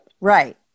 Right